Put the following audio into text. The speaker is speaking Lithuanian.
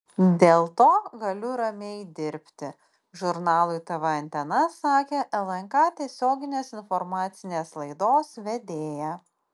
dėl to galiu ramiai dirbti žurnalui tv antena sakė lnk tiesioginės informacinės laidos vedėja